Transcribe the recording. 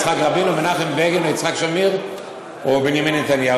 או יצחק רבין או מנחם בגין או יצחק שמיר או בנימין נתניהו.